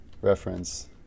Reference